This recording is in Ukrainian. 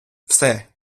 все